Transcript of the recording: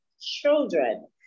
children